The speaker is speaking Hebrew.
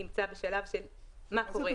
נמצא בשלב שלא ברור מה קורה והיכן זה עומד.